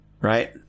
right